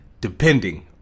depending